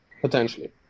potentially